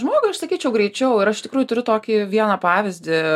žmogui aš sakyčiau greičiau ir aš iš tikrųjų turiu tokį vieną pavyzdį